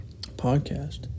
podcast